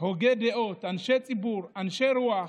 הוגי דעות, אנשי ציבור, אנשי רוח,